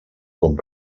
com